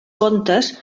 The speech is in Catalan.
contes